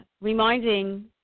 reminding